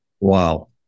Wow